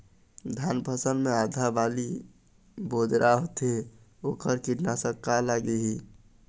धान फसल मे आधा बाली बोदरा होथे वोकर कीटनाशक का लागिही?